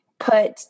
put